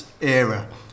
era